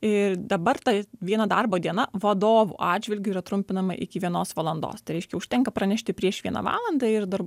ir dabar ta viena darbo diena vadovų atžvilgiu yra trumpinama iki vienos valandos tai reiškia užtenka pranešti prieš vieną valandą ir dar